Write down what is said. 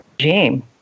regime